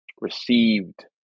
received